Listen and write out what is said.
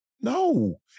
No